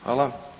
Hvala.